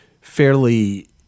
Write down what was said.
fairly